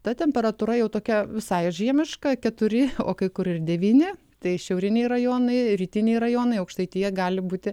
ta temperatūra jau tokia visai žiemišką keturi o kai kur ir devyni tai šiauriniai rajonai rytiniai rajonai aukštaitija gali būti